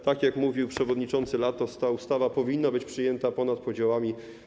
Tak jak mówił przewodniczący Latos, ta ustawa powinna być przyjęta ponad podziałami.